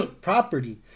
Property